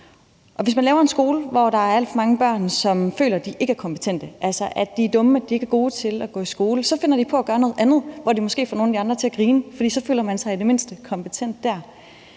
Hvis man laver en skole, hvor der er alt for mange børn, som føler, at de ikke er kompetente, altså at de er dumme og ikke er gode til at gå i skole, så finder de på at gøre noget andet og får måske nogle af de andre til at grine, for så føler de sig i det mindste kompetent der.